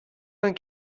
vingt